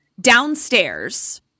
downstairs